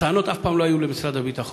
הטענות אף פעם לא היו למשרד הביטחון,